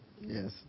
Yes